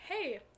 Hey